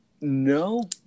No